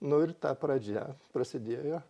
nu ir ta pradžia prasidėjo